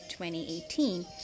2018